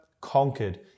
conquered